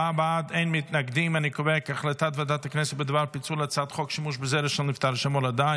הצעת ועדת הכנסת בדבר פיצול הצעת חוק שימוש בזרע של נפטר לשם הולדה,